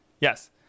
Yes